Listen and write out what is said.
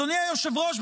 אדוני היושב-ראש,